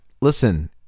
listen